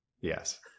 Yes